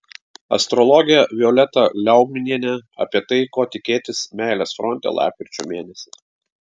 astrologė violeta liaugminienė apie tai ko tikėtis meilės fronte lapkričio mėnesį